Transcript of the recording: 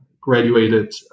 graduated